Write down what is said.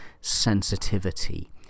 sensitivity